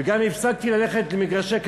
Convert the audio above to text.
וגם הפסקתי ללכת למגרשי כדורגל,